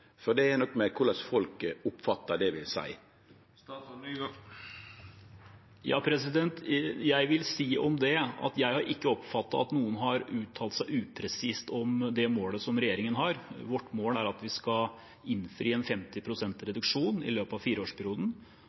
Det er noko med korleis folk oppfattar det vi seier. Jeg vil si om det at jeg ikke har oppfattet at noen har uttalt seg upresist om det målet regjeringen har. Vårt mål er at vi skal innfri en reduksjon på 50 pst. i løpet av fireårsperioden,